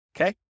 okay